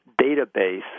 database